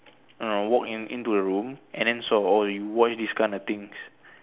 ah walk into the room and then so oh you watch this kind of thing